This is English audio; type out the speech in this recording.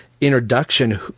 introduction